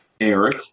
Eric